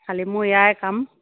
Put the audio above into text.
খালী মোৰ এয়ায়েই কাম